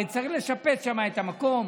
הרי צריך לשפץ שם את המקום,